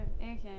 Okay